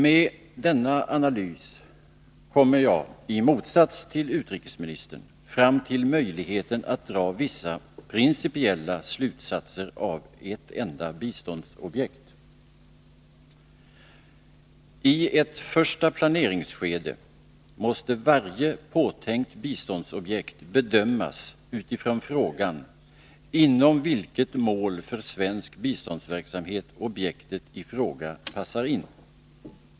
Med denna analys kommer jag, i motsats till utrikesministern, fram till möjligheten att dra vissa principiella slutsatser av ett enda biståndsobjekt. I ett första planeringsskede måste varje påtänkt biståndsobjekt bedömas utifrån frågan inom vilket mål för svensk biståndsverksamhet objektet i fråga passar in.